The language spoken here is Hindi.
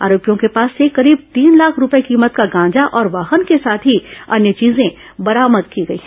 आरोपियों के पास से करीब तीन लाख रूपए कीमत का गांजा और वाहन के साथ ही अन्य चीजे बरामद की गई हैं